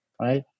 right